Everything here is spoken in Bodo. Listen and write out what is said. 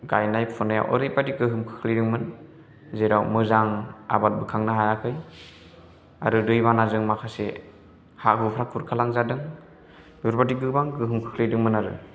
गायनाय फुनायाव ओरैबादि गोहोम खोख्लैदोंमोन जेराव मोजां आबाद बोखांनो हायाखै आरो दै बानाजों माखासे हा हुफोरा खुरखालांजादों बेफोरबादि गोबां गोहोम खोख्लैदोंमोन आरो